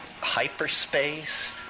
hyperspace